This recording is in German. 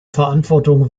verantwortung